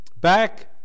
back